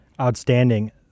Outstanding